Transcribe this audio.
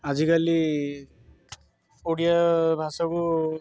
ଆଜିକାଲି ଓଡ଼ିଆ ଭାଷାକୁ